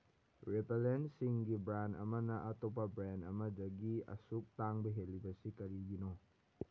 ꯔꯤꯄꯦꯂꯦꯟꯁꯤꯡꯒꯤ brand ꯑꯃꯅ ꯑꯇꯣꯞꯄ brand ꯑꯃꯗꯒꯤ ꯑꯁꯨꯛ ꯇꯥꯡꯕ ꯍꯦꯜꯂꯤꯕꯁꯤ ꯀꯔꯤꯒꯤꯅꯣ